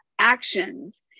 actions